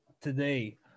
today